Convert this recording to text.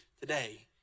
today